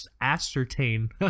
ascertain